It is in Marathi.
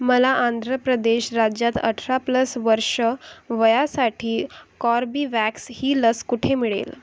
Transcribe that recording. मला आंध्र प्रदेश राज्यात अठरा प्लस वर्ष वयासाठी कॉर्बीवॅक्स ही लस कुठे मिळेल